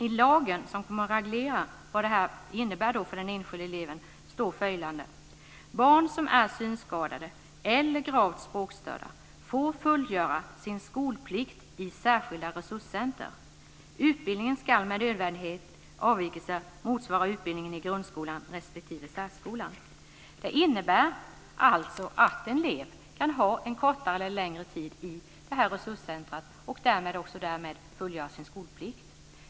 I lagen som kommer att reglera vad det här innebär för den enskilde eleven står följande: "Barn som är synskadade eller gravt språkstörda får fullgöra sin skolplikt i särskilda resurscenter. Utbildningen skall med nödvändiga avvikelser motsvara utbildningen i grundskolan respektive särskolan." Det innebär alltså att en elev kan vara en kortare eller en längre tid i det här resurscentret och därmed också fullgöra sin skolplikt.